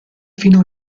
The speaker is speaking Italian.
fino